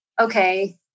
okay